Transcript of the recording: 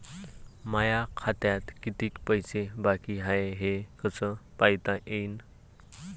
माया खात्यात कितीक पैसे बाकी हाय हे कस पायता येईन?